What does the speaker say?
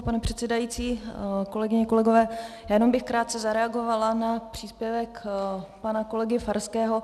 Pane předsedající, kolegyně, kolegové, já jenom bych krátce zareagovala na příspěvek pana kolegy Farského.